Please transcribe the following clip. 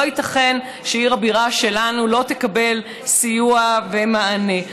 לא ייתכן שעיר הבירה שלנו לא תקבל סיוע ומענה,